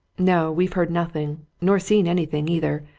no, we've heard nothing, nor seen anything, either.